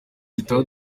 gitaha